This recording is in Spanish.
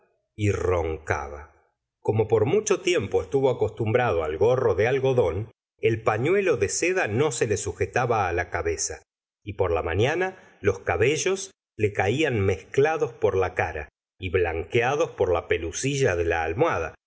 y roncaba como por mucho tiempo estuvo acostumbrado al gorro de algodón el pañuelo de seda no se le sujetaba la cabeza y por la mañana los cabellos le caían mezclados por la cara y blanqueados por la pelusilla de la almohada